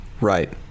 Right